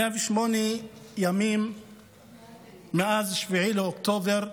108 ימים מאז 7 באוקטובר.